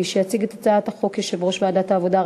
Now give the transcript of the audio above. מי שיציג את הצעת החוק יושב-ראש ועדת העבודה,